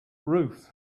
roof